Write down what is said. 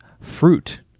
fruit